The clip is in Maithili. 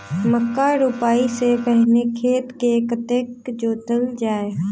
मक्का रोपाइ सँ पहिने खेत केँ कतेक जोतल जाए?